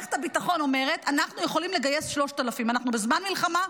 מערכת הביטחון אומרת: אנחנו יכולים לגייס 3,000. אנחנו בזמן מלחמה,